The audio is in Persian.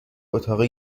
اتاق